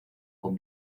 con